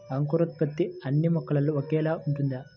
అంకురోత్పత్తి అన్నీ మొక్కలో ఒకేలా ఉంటుందా?